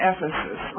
Ephesus